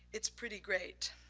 it's pretty great.